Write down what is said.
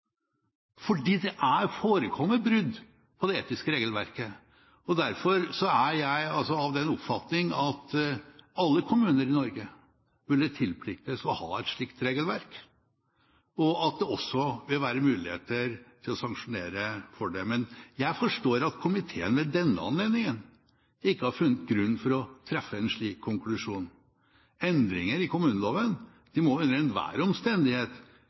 forekommet brudd på det etiske regelverket. Derfor er jeg av den oppfatning at alle kommuner i Norge burde være pliktige til å ha et etisk regelverk, og at det også burde være mulig å sanksjonere dette. Jeg forstår at komiteen ved denne anledning ikke har funnet grunn til å treffe en slik konklusjon. Endringer i kommuneloven må under enhver omstendighet